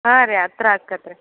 ಹಾಂ ರೀ ಹತ್ರ ಆಕ್ಕತ್ತೆ ರೀ